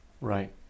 Right